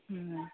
ꯎꯝ